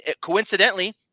coincidentally